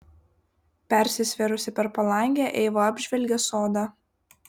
persisvėrusi per palangę eiva apžvelgė sodą